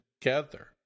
together